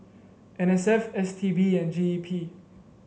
N S F S T B and G E P